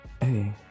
Hey